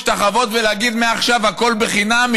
להשתחוות ולהגיד: מעכשיו הכול חינם,